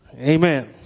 amen